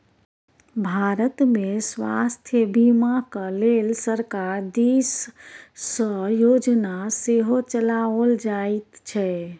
भारतमे स्वास्थ्य बीमाक लेल सरकार दिससँ योजना सेहो चलाओल जाइत छै